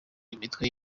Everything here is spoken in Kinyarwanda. imitwe